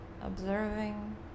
observing